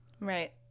right